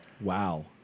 Wow